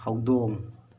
ꯍꯧꯗꯣꯡ